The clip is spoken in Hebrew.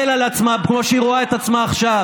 על עצמה כמו שהיא רואה את עצמה עכשיו.